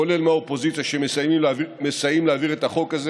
כולל מהאופוזיציה, שמסייעים להעביר את החוק הזה